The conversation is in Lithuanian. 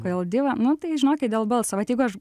kodėl diva nu tai žinokit dėl balso vat jeigu aš